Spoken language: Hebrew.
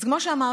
אז כמו שאמרתי,